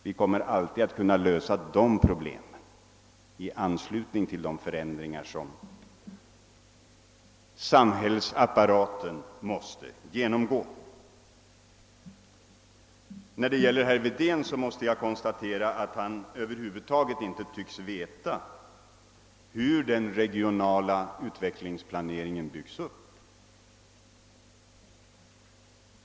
Vi kommer alltid att få lov att lösa sådana problem i anslutning till de förändringar som samhällsapparaten måste genomgå. Herr Wedén tycks över huvud taget inte veta hur den regionala utvecklingsplaneringen byggs upp.